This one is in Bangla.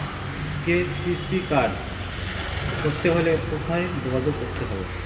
কে.সি.সি কার্ড করতে হলে কোথায় যোগাযোগ করতে হবে?